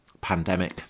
pandemic